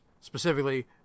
specifically